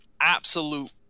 absolute